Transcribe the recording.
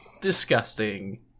disgusting